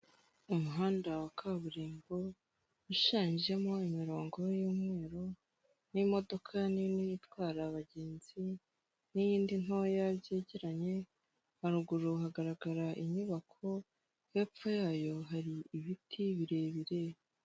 Umuhanda wa kaburimbo ushushanyijemo imirongo y'umweru n'imodoka nini itwara abagenzi n'iyindi ntoya byegeranye, haruguru hagaragara inyubako hepfo yayo hari ibiti birebire.